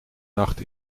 nacht